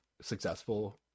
successful